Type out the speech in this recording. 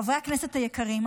חברי הכנסת היקרים,